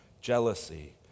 jealousy